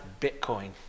bitcoin